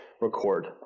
record